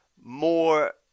more